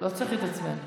מרב מיכאלי, כנסת נכבדה,